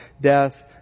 death